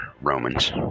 Romans